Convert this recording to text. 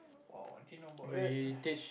!wow! I didn't know about that